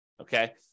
okay